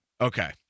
Okay